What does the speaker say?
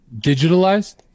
Digitalized